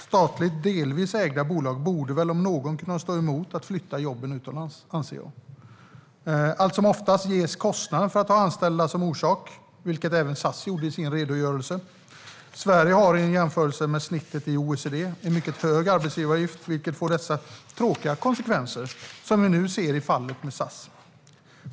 Statligt delvis ägda bolag borde väl om några kunna stå emot att flytta jobben utomlands, anser jag. Allt som oftast anges kostnaderna för att ha anställda som orsak, vilket även SAS gjorde i sin redogörelse. Sverige har i jämförelse med snittet i OECD en mycket hög arbetsgivaravgift, vilket får dessa tråkiga konsekvenser som vi nu ser i fallet med SAS.